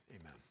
amen